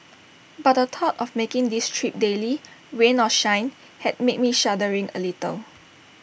but the tough of making this trip daily rain or shine had me shuddering A little